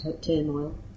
turmoil